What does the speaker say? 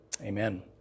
Amen